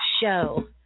show